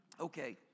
Okay